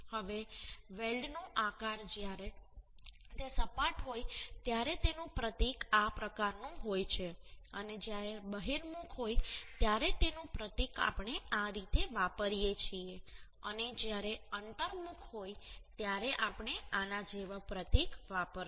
હવે વેલ્ડનો આકાર જ્યારે તે સપાટ હોય ત્યારે તેનું પ્રતીક આ પ્રકારનું હોય છે અને જ્યારે બહિર્મુખ હોય ત્યારે તેનું પ્રતીક આપણે આ રીતે વાપરીએ છીએ અને જ્યારે અંતર્મુખ હોય ત્યારે આપણે આના જેવું પ્રતીક વાપરીશું